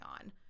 on